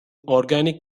organic